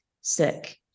sick